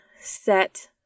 set